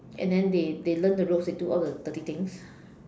and then they they learn the ropes they do all the dirty things